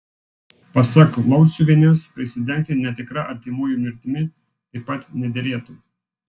pasak lauciuvienės prisidengti netikra artimųjų mirtimi taip pat nederėtų